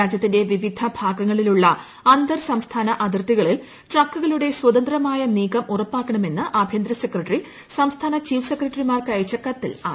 രാജ്യത്തിന്റെ വിവിധ ഭാഗങ്ങളിലുള്ള അന്തർ സംസ്ഥാന അതിർത്തികളിൽ ട്രക്കുകളുടെ സ്വതന്ത്രമായ നീക്കം ഉറപ്പാക്കണമെന്ന് ആഭ്യുന്തര സെക്രട്ടറി സംസ്ഥാന ചീഫ് സെക്രട്ടറിമാർക്ക് അയച്ച കത്തിൽ ആവ്ശ്യപ്പെട്ടു